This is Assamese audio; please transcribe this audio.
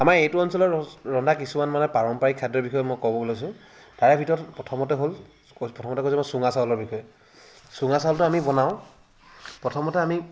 আমাৰ এইটো অঞ্চলৰ ৰন্ধা কিছুমান মানে পাৰম্পৰিক খাদ্যৰ বিষয়ে মই ক'বলৈ লৈছো তাৰে ভিতৰত প্ৰথমতে হ'ল প্ৰথমতে কৈছো মই চুঙা চাউলৰ বিষয়ে চুঙা চাউলটো আমি বনাও প্ৰথমতে আমি